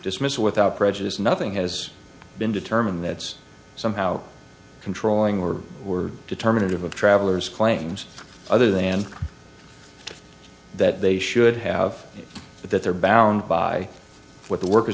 dismissal without prejudice nothing has been determined that's somehow controlling or were determinative of travellers claims other than that they should have but that they're bound by what the workers